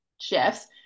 shifts